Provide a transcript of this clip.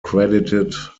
credited